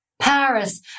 Paris